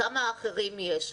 כמה אחרים יש?